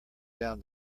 down